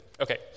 Okay